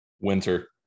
Winter